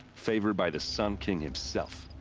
favored by the sun king himself.